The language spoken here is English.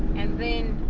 and then